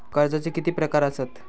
कर्जाचे किती प्रकार असात?